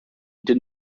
did